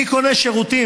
אני קונה שירותים